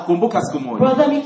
brother